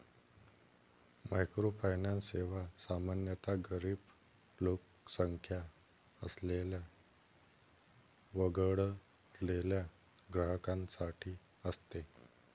microfinance सेवा सामान्यतः गरीब लोकसंख्या असलेल्या वगळलेल्या ग्राहकांसाठी असते